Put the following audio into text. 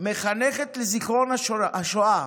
ומחנכת לזיכרון השואה,